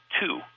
two